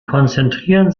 konzentrieren